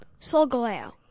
Solgaleo